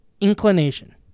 inclination